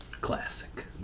Classic